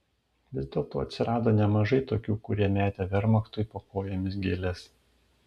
vis dėlto atsirado nemažai tokių kurie metė vermachtui po kojomis gėles